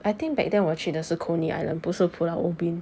I think back then 我去的是 coney island 不是 pulau ubin